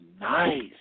nice